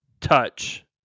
touch